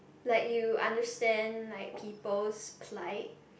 like you understand like people's plight